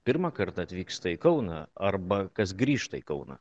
pirmą kartą atvyksta į kauną arba kas grįžta į kauną